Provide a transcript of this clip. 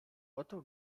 oto